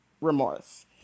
remorse